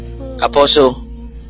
Apostle